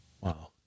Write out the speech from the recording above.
Wow